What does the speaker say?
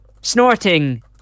snorting